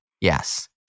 Yes